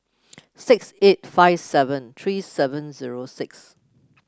six eight five seven three seven zero six